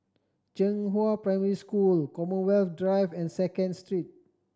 Zhenghua Primary School Commonwealth Drive and Second Street